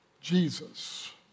Jesus